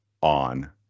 on